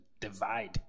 divide